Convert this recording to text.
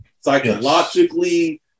psychologically